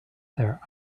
their